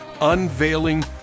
Unveiling